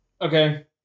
Okay